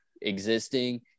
existing